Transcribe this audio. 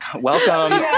welcome